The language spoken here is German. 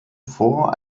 vor